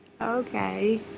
Okay